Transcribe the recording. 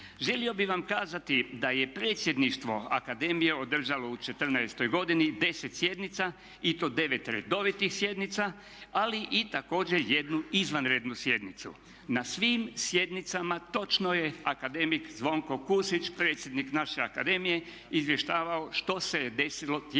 Želio bi vam kazati da je predsjedništvo akademije održalo u 2014.godini deset sjednica i to devet redovitih sjednica ali i također jednu izvanrednu sjednicu. Na svim sjednicama točno je akademik Zvonko Kusić predsjednik naše akademije izvještavao što se je desilo tijekom